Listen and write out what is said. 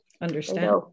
Understand